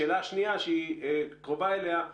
השאלה השנייה שהיא קרובה לשאלה הראשונה.